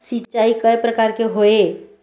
सिचाई कय प्रकार के होये?